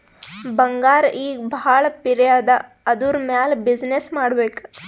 ಬಂಗಾರ್ ಈಗ ಭಾಳ ಪಿರೆ ಅದಾ ಅದುರ್ ಮ್ಯಾಲ ಬಿಸಿನ್ನೆಸ್ ಮಾಡ್ಬೇಕ್